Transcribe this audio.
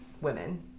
women